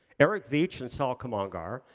eric veach and salar kamangar,